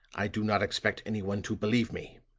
i do not expect anyone to believe me.